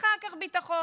אחר כך ביטחון,